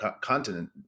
continent